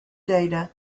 data